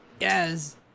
Yes